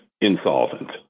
insolvent